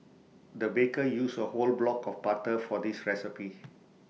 the baker used A whole block of butter for this recipe